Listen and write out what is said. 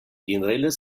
generelles